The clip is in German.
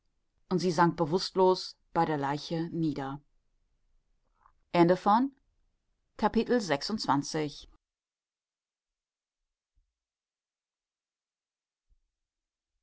und sie sank bewußtlos bei der leiche nieder